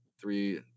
three